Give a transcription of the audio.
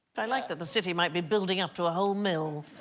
i like that the city might be building up to a whole mill